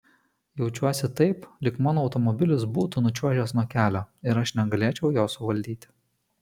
jaučiuosi taip lyg mano automobilis būtų nučiuožęs nuo kelio ir aš negalėčiau jo suvaldyti